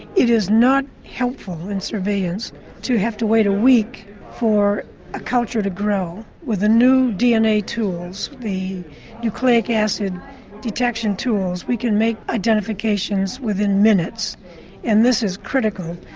it is not helpful in surveillance to have to wait a week for a culture to grow with the new dna tools, the nucleic acid detection tools we can make identifications within minutes and this is critical,